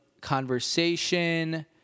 conversation